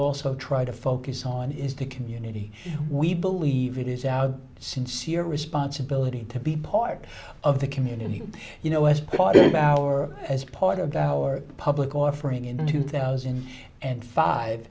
also try to focus on is the community we believe it is out sincere responsibility to be part of the community you know as part of our or as part of our public offering in two thousand and five